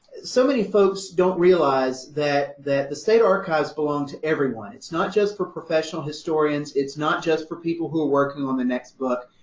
so many folks don't realize that, that the state archives belong to everyone it's not just for professional historians, it's not just for people who are working on the next book.